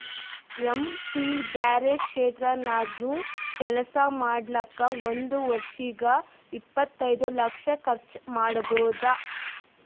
M P ಬ್ಯಾರೆ ಕ್ಷೇತ್ರ ನಾಗ್ನು ಕೆಲ್ಸಾ ಮಾಡ್ಲಾಕ್ ಒಂದ್ ವರ್ಷಿಗ್ ಇಪ್ಪತೈದು ಲಕ್ಷ ಕರ್ಚ್ ಮಾಡ್ಬೋದ್